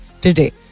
today